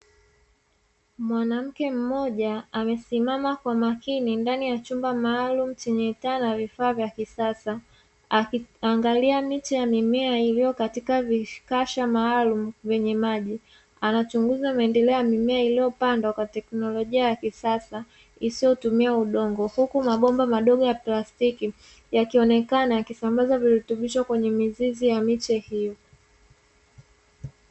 Mwanamke mmoja amesimama kwa makini ndani ya chumba maalum chenye taa na vifaa vya kisasa, akiangalia miche ya mimea iliyo katika vikasha maalum vyenye maji. Anachunguza maendeleo ya mimea iliyo pandwa kwa teknolojia ya kisasa isiyotumia udongo; huku mabomba madogo ya plastiki yakionekana kusambaza virutubisho kwenye mizizi ya miche hiyo.